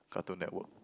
Cartoon Network